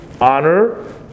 honor